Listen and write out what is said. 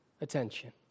attention